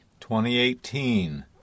2018